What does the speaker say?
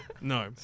no